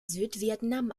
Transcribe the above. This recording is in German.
südvietnam